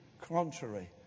contrary